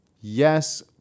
yes